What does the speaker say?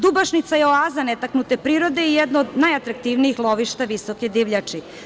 Dubašnica je oaza netaknute prirode i jedno od najatraktivnijih lovišta visoke divljači.